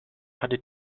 hatte